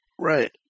Right